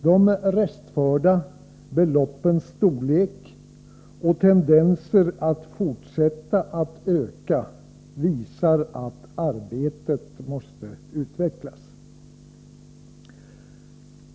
De restförda beloppens storlek och tendenser att fortsätta att öka visar att arbetet måste utvecklas.